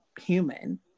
human